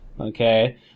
Okay